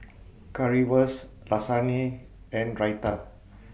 Currywurst Lasagne and Raita